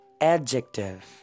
Adjective